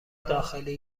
داخلی